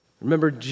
Remember